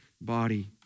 body